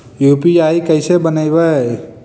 UPI कैसे बनइबै?